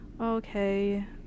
okay